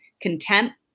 contempt